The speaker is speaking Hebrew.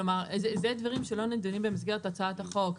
אלו דברים שלא נידונים במסגרת הצעת החוק: